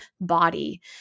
body